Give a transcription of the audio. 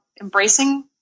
embracing